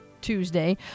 tuesday